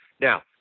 Now